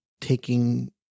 taking